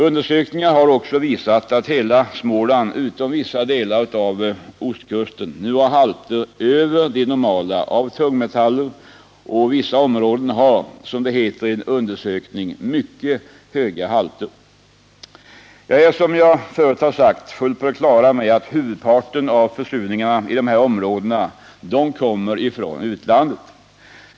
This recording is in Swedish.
Undersökningar har visat att hela Småland utom vissa delar vid ostkusten nu har halter av tungmetaller över de normala, och vissa områden har — som det heter i en undersökning — mycket höga halter. Jag är som jag tidigare sagt fullt på det klara med att huvudparten av försurningarna i dessa områden kommer från utlandet.